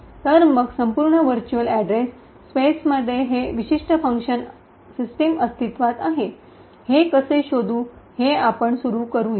तर मग संपूर्ण व्हर्च्युअल अॅड्रेस स्पेसमध्ये हे विशिष्ट फंक्शन सिस्टीम अस्तित्त्वात आहे हे कसे शोधू या हे आपण सुरू करूया